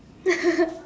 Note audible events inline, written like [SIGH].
[LAUGHS]